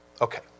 Okay